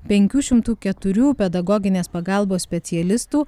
penkių šimtų keturių pedagoginės pagalbos specialistų